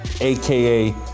aka